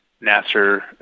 Nasser